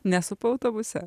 nesupa autobuse